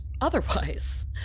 otherwise